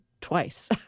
twice